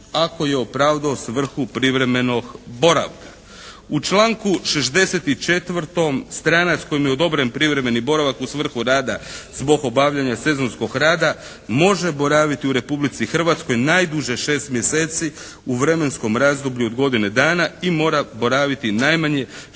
ako je opravdao svrhu privremenog boravka. U članku 64. stranac kojem je odobren privremeni boravak u svrhu rada zbog obavljanja sezonskog rada može boraviti u Republici Hrvatskoj najduže šest mjeseci u vremenskom razdoblju od godine dana i mora boraviti najmanje šest mjeseci